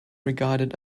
regarded